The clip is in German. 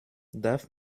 darf